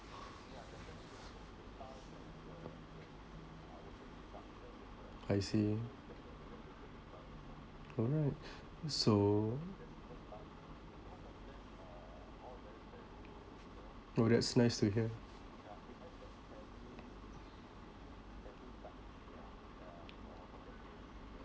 I see alright so oh that's nice to hear